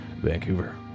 Vancouver